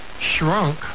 shrunk